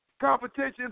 Competition